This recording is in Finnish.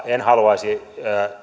en haluaisi